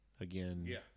again